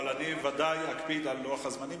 אבל אני ודאי אקפיד על לוח הזמנים.